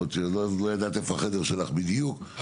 עוד כשלא ידעת איפה החדר שלך בדיוק,